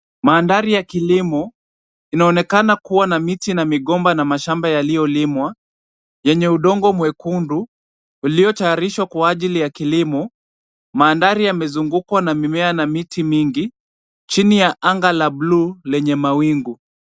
Mandhari ya kilimo, inaonekana kuwa na miti na migomba na mashamba yaliyolimwa, yenye udongo mwekundu uliotayarishwa kwa ajili ya kilimo. Mandhari yamezungukwa na mimea na miti mingi, chini ya anga la blue lenye mawingu.